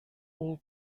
all